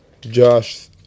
Josh